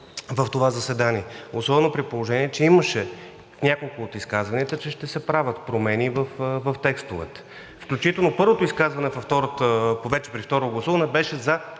в това заседание, особено при положение че имаше в няколко от изказванията, че ще се правят промени в текстовете. Включително първото изказване вече при второ гласуване беше за